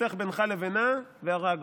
סכסך בינך לבינה והרג אותה.